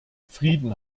frieden